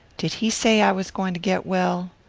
did he say i was going to get well?